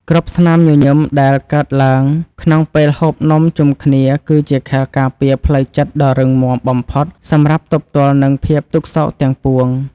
គ្រប់ស្នាមញញឹមដែលកើតឡើងក្នុងពេលហូបនំជុំគ្នាគឺជាខែលការពារផ្លូវចិត្តដ៏រឹងមាំបំផុតសម្រាប់ទប់ទល់នឹងភាពទុក្ខសោកទាំងពួង។